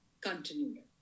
continue